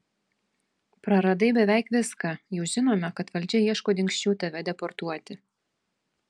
praradai beveik viską jau žinome kad valdžia ieško dingsčių tave deportuoti